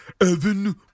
Evan